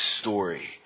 story